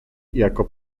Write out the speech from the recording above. jako